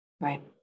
Right